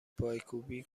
پایکوبی